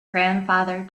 grandfather